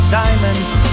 diamonds